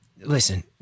listen